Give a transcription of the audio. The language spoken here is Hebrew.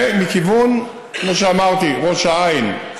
וכמו שאמרתי, מכיוון ראש העין,